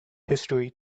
history